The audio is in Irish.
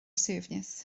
suaimhneas